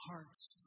heart's